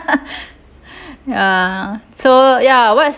ya so ya what's